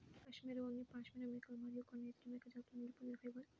cashmere ఉన్ని పాష్మినా మేకలు మరియు కొన్ని ఇతర మేక జాతుల నుండి పొందిన ఫైబర్